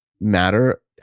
matter